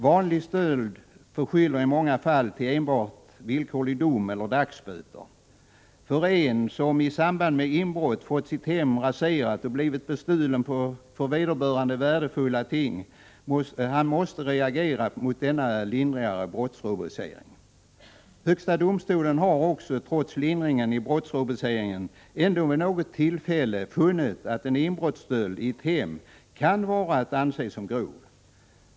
Vanlig stöld förskyller i många fall till enbart villkorlig dom eller dagsböter. Den som i samband med inbrott fått sitt hem raserat och blivit bestulen på för vederbörande värdefulla ting måste reagera mot denna lindrigare brottsrubricering. Högsta domstolen har trots lindringen i brottsrubriceringen vid något tillfälle funnit att inbrottsstöld i ett hem kan vara att anse som grov.